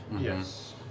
Yes